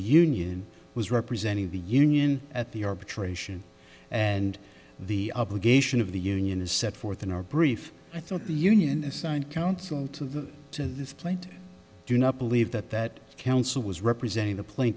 union was representing the union at the arbitration and the obligation of the union is set forth in our brief i thought the union assigned counsel to the to this point do not believe that that counsel was representing the pla